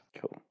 cool